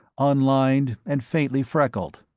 unlined and faintly freckled,